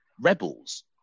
rebels